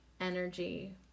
energy